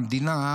המדינה,